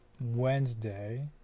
Wednesday